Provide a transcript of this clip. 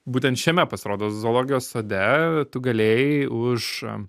būtent šiame pasirodo zoologijos sode tu galėjai už